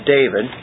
David